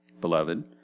Beloved